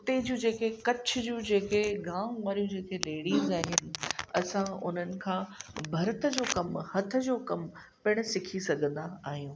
उते जूं जेके कच्छ जूं जेके गांव वारियूं जेके लेडीज़ आहिनि असां उन्हनि खां भर्थ जो कमु हथ जो कमु पिणि सिखी सघंदा आहियूं